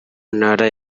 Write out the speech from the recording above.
ntara